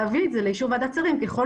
כמו